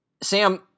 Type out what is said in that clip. Sam